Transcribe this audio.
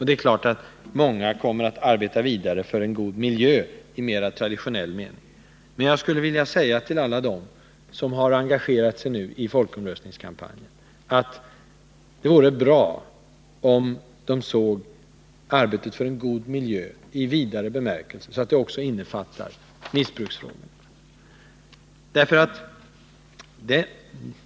Det är klart att många kommer att arbeta vidare för en god miljö i mer traditionell mening, men jag skulle vilja säga till alla dem som har engagerat sigi folkomröstningskampanjen att det vore bra om de såg arbetet för en god miljö i vidare bemärkelse, så att det också innefattar missbruksfrågorna.